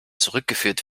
zurückgeführt